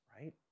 right